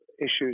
issues